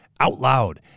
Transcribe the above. OUTLOUD